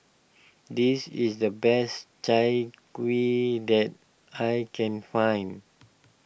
this is the best Chai Kuih that I can find